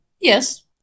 Yes